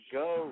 go